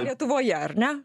lietuvoje ar ne